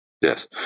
Yes